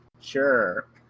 sure